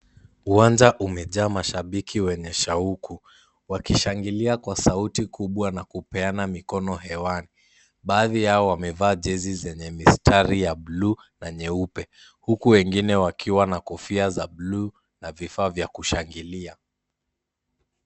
Uwanja umejaa mashabiki wenye shauku wakishangilia kwa sauti kubwa na kupeana mikono hewani. Baadhi yao wamevaa jezi zenye mistari ya buluu na nyeupe huku wengine wakiwa na kofia za buluu na vifaa vya kushangilia.